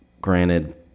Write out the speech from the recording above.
granted